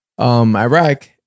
Iraq